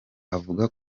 avuga